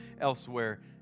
elsewhere